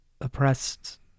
oppressed